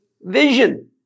vision